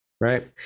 right